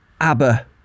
abba